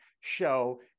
show